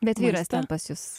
bet vyras ten pas jus